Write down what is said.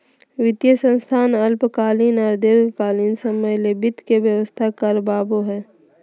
वित्तीय संस्थान अल्पकालीन आर दीर्घकालिन समय ले वित्त के व्यवस्था करवाबो हय